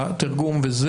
התרגום וכו',